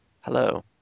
Hello